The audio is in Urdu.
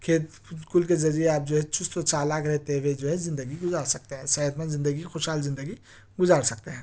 کھیل کود کے ذریعے آپ جو ہے چست اور چالاک رہتے ہوئے جو ہے زندگی گزار سکتے ہیں صحت مند زندگی خوشحال زندگی گزار سکتے ہیں